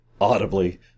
audibly